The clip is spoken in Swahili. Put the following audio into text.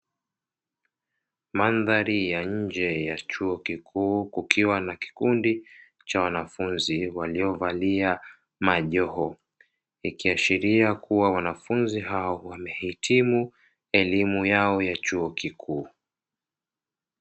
Mandhari ya nje ya chuo kikuu, kukiwa na kikundi cha wanafunzi waliovalia majoho, ikiashiria kuwa wanafunzi hao wamehitimu elimu yao ya chuo kikuu.